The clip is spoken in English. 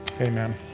amen